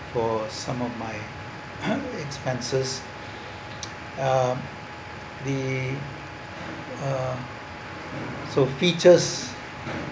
for some of my expenses uh the uh so features